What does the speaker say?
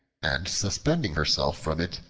and suspending herself from it,